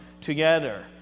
together